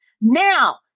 Now